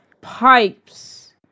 Pipes